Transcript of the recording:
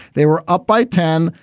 they were up by ten.